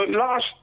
last